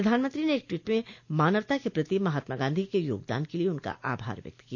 प्रधानमंत्री ने एक टवीट में मानवता के प्रति महात्मा गांधी क योगदान के लिए उनका आभार व्यक्त किया